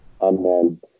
Amen